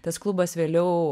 tas klubas vėliau